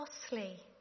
costly